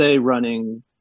running